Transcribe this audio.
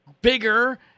bigger